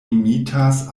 imitas